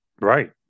Right